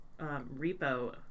repo